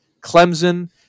Clemson